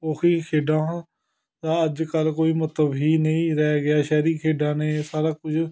ਉਹੀ ਖੇਡਾਂ ਦਾ ਅੱਜ ਕੱਲ੍ਹ ਕੋਈ ਮਹੱਤਵ ਹੀ ਨਹੀਂ ਰਹਿ ਗਿਆ ਸ਼ਹਿਰੀ ਖੇਡਾਂ ਨੇ ਸਾਰਾ ਕੁਝ